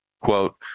Quote